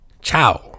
Ciao